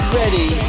ready